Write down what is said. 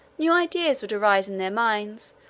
new ideas would arise in their minds,